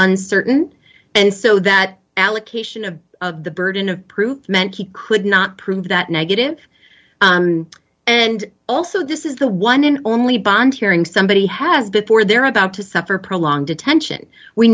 uncertain and so that allocation of the burden of proof meant he could not prove that negative and also this is the one and only bond hearing somebody has before they're about to suffer prolonged detention we